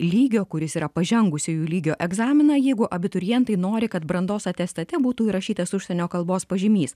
lygio kuris yra pažengusiųjų lygio egzaminą jeigu abiturientai nori kad brandos atestate būtų įrašytas užsienio kalbos pažymys